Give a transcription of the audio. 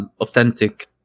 authentic